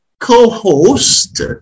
co-host